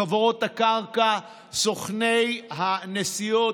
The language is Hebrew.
חברות הקרקע, סוכני הנסיעות,